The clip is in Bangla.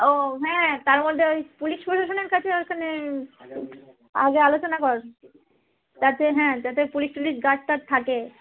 ও হ্যাঁ তার মধ্যে ওই পুলিশ প্রশাসনের কাছে ওখানে আগে আলোচনা কর যাতে হ্যাঁ যাতে পুলিশ টুলিশ গার্ড টাড থাকে